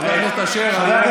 חבר הכנסת אשר,